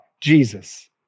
Jesus